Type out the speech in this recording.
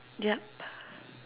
yep